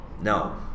No